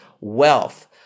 wealth